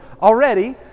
Already